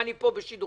מה, אני פה בשידוכים?